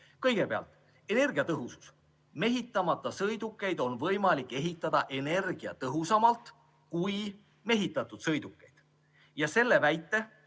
Kõigepealt energiatõhusus. Mehitamata sõidukeid on võimalik ehitada energiatõhusamalt kui mehitatud sõidukeid. Selle väite